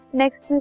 next